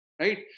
right